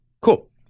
Cool